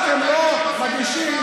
בית המשפט עושה את זה לבד, לא צריך אותנו.